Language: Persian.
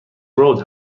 رود